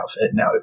Now